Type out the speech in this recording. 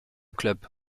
club